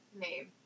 name